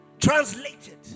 Translated